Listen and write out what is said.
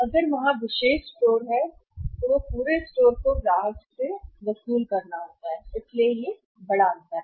अगर वहाँ है विशेष स्टोर तब पूरे स्टोर को ग्राहक से वसूल करना होता है इसलिए यह है बड़ा अंतर